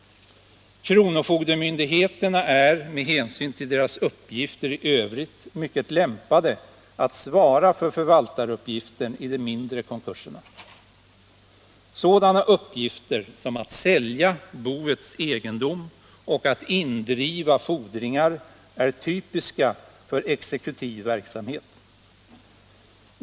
Kronofogdemyndigheterna är, med hänsyn till deras uppgifter i övrigt, mycket lämpade att svara för förvaltaruppgiften i de mindre konkurserna. Sådana uppgifter som att sälja boets egendom och att indriva fordringar är typiska för exekutiv verksamhet.